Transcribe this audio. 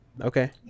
okay